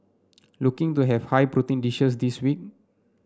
looking to have high protein dishes this week